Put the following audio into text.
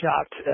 shocked